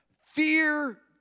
Fear